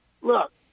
Look